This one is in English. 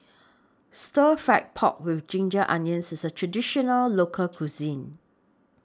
Stir Fry Pork with Ginger Onions IS A Traditional Local Cuisine